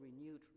renewed